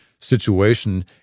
situation